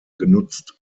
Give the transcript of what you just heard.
genutzt